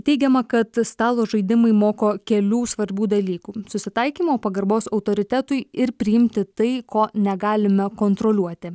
teigiama kad stalo žaidimai moko kelių svarbių dalykų susitaikymo pagarbos autoritetui ir priimti tai ko negalime kontroliuoti